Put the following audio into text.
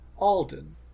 Alden